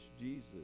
Jesus